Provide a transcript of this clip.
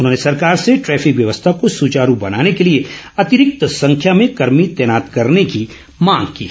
उन्होंने सरकार से ट्रैफिक व्यवस्था को सुचारू बनाने के लिए अतिरिक्त संख्या में कर्मी तैनात करने की मांग की है